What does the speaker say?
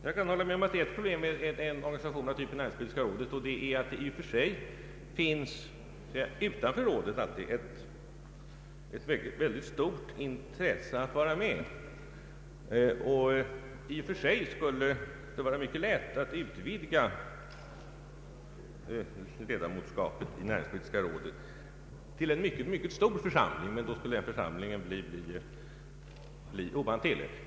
Jag kan hålla med om att det är ett problem med organisationer av den här typen att det utanför rådet alltid finns ett väldigt stort intresse av att vara med. I och för sig skulle det vara lätt att utöka antalet ledamöter i näringspolitiska rådet, så att rådet blev en mycket stor församling, men då skulle den också bli ohanterlig.